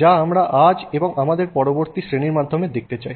যা আমরা আজ এবং আমাদের পরবর্তী শ্রেণীর মাধ্যমে দেখতে চাই